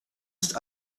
ist